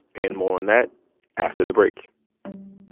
and more on that after the break